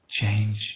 change